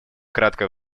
краткое